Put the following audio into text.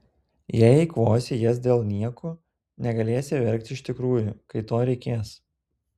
jei eikvosi jas dėl niekų negalėsi verkti iš tikrųjų kai to reikės